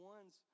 Ones